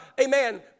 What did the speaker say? amen